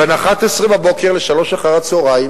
בין 11:00 ל-15:00,